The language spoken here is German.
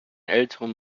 älteren